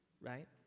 right